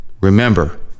remember